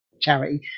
charity